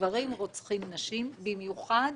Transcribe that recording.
גברים רוצחים נשים במיוחד